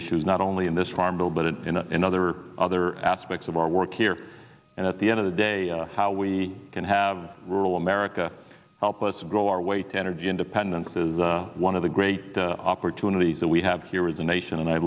issues not only in this farm bill but it in other other aspects of our work here and at the end of the day how we can have rural america help us grow our way to energy independence is one of the great opportunities that we have here is the nation and i